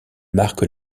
marque